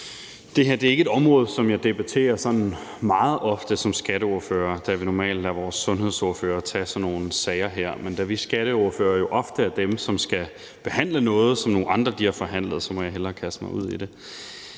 Det her er ikke et område, som jeg debatterer sådan meget ofte som skatteordfører, da vi normalt lader vores sundhedsordfører tage sådan nogle sager her. Men da vi skatteordførere jo ofte er dem, som skal behandle noget, som nogle andre har forhandlet om, må jeg hellere kaste mig ud i det.